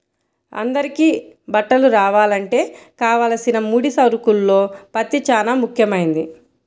అందరికీ బట్టలు రావాలంటే కావలసిన ముడి సరుకుల్లో పత్తి చానా ముఖ్యమైంది